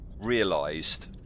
realised